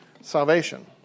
salvation